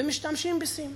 ומשתמשים בסים.